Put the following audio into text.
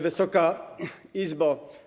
Wysoka Izbo!